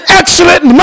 excellent